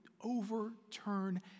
overturn